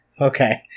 Okay